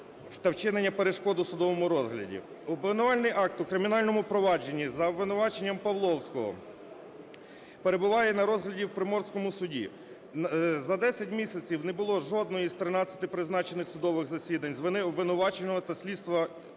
Обвинувальний акт у кримінальному провадженні за обвинуваченням Павловського перебуває на розгляді в Приморському суді. За 10 місяців не було жодного з 13 призначених судових засідань з вини обвинуваченого та працівників